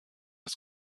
das